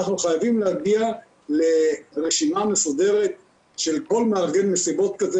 אנחנו חייבים להגיע לרשימה מסודרת שכל מארגן מסיבות כזה